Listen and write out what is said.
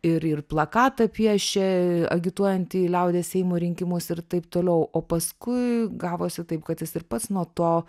ir ir plakatą piešė agituojantį į liaudies seimo rinkimus ir taip toliau o paskui gavosi taip kad jis ir pats nuo to